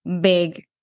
big